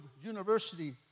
University